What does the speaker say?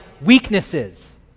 weaknesses